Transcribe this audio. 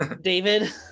David